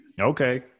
Okay